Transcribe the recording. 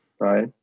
right